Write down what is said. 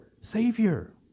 Savior